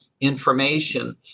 information